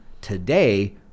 today